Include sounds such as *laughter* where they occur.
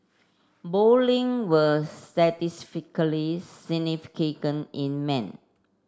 both link were statistically *unintelligible* in men